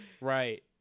Right